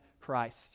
christ